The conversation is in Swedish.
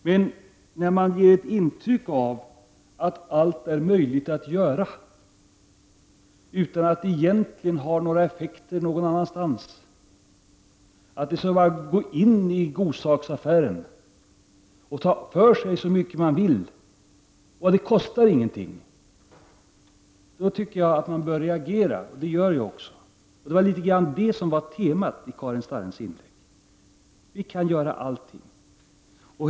Men när det ges ett intryck av att allt är möjligt att göra utan att det egentligen får dessa negativa effekter någonstans, att det bara är att gå in i godsaksaffären och ta för sig så mycket som möjligt därför att det inte kostar någonting, då tycker jag att man bör reagera. Och det gör jag också. Det var ju detta resonemang som var temat i Karin Starrins inlägg: vi kan göra allting.